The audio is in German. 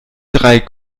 drei